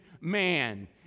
man